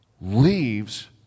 leaves